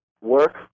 work